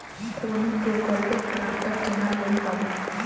কোন প্রকল্পে ট্রাকটার কেনার লোন পাব?